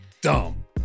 dumb